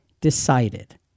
decided